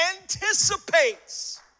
anticipates